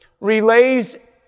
relays